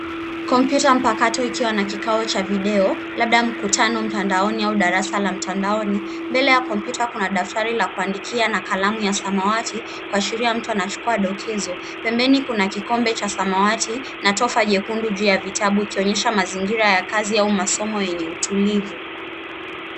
Kompyuta mpakato ikiwa na kikao cha video, labda mkutano mtandaoni au darasa la mtandaoni. Mbele ya kompyuta kuna daftari la kuandikia na kalamu ya samawati, kuashiri mtu anachukua dokezo. Pembeni kuna kikombe cha samawati na tofa jekundu juu ya vitabu ikionyesha mazingira ya kazi au masomo yenye utulivu.